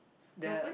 the